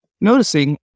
noticing